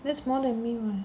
that's more than me [what]